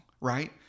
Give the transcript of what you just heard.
Right